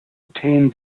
obtain